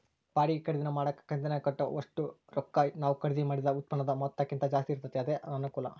ಬಾಡಿಗೆ ಖರೀದಿನ ಮಾಡಕ ಕಂತಿನಾಗ ಕಟ್ಟೋ ಒಷ್ಟು ರೊಕ್ಕ ನಾವು ಖರೀದಿ ಮಾಡಿದ ಉತ್ಪನ್ನುದ ಮೊತ್ತಕ್ಕಿಂತ ಜಾಸ್ತಿ ಇರ್ತತೆ ಅದೇ ಅನಾನುಕೂಲ